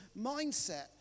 mindset